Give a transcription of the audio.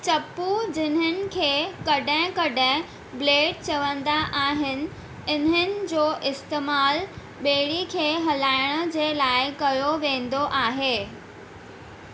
चप्पू जिन्हनि खे कॾहिं कॾहिं ब्लेड चवंदा आहिनि इन्हनि जो इस्तेमालु ॿेड़ी खे हलाइण जे लाइ कयो वेंदो आहे